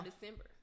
December